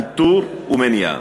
איתור ומניעה.